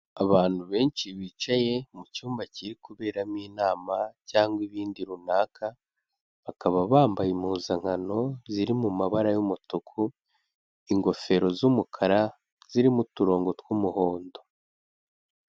Abantu benshi bicaye mu cyumba kiri kuberamo inama cyangwa ibindi runaka, bakaba bambaye impuzankano ziri mu mabara y'umutuku, ingofero z'umukara, zirimo uturongo tw'umuhondo.